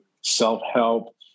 self-help